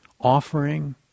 offering